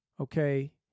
okay